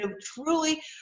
truly